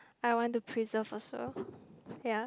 I want to preserve also ya